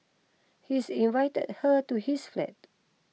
he's invited her to his flat